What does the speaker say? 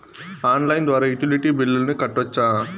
Online ద్వారా utility బిల్లులను కట్టొచ్చా?